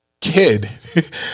kid